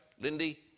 Lindy